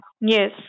Yes